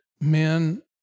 men